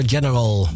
General